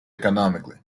economically